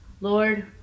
Lord